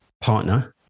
partner